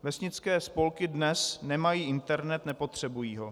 Vesnické spolky dnes nemají internet, nepotřebují ho.